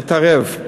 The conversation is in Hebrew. להתערב.